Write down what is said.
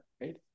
right